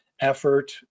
effort